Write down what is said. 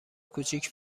کوچیک